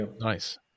nice